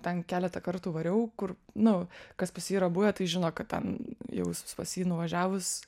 ten keletą kartų variau kur nu kas pas jį yra buvę tai žino kad ten jausis pas jį nuvažiavus